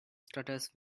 stutters